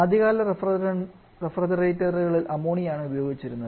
ആദ്യകാല റഫ്രിജറേറ്റർകളിൽ അമോണിയ ആണ് ഉപയോഗിച്ചിരുന്നത്